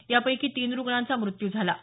यापैकी तीन रुग्णांचा मृत्यू झाला आहे